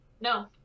No